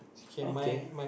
okay